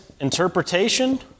interpretation